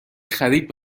خرید